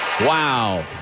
Wow